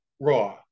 raw